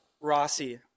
Rossi